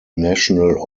national